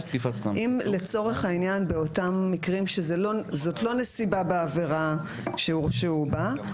אם לצורך העניין באותם מקרים שזאת לא נסיבה בעבירה שהורשעו בה,